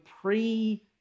pre